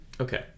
okay